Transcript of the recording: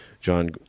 John